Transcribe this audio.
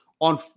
on